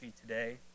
today